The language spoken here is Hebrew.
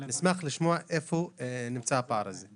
נשמח לדעת איפה הפער הזה.